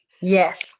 yes